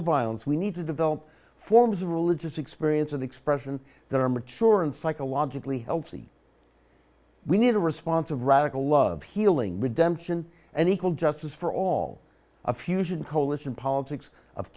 of violence we need to develop forms of religious experience of expression that are mature and psychologically healthy we need a response of radical love healing redemption and equal justice for all a fusion coalition politics of